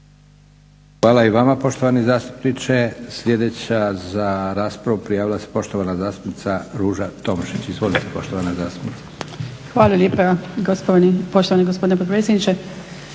Hvala i vama poštovani zastupniče. Sljedeća za raspravu prijavila se poštovana zastupnica Ruža Tomašić. Izvolite poštovana zastupnice. **Tomašić, Ruža (HSP AS)** Hvala lijepa, poštovani gospodine potpredsjedniče.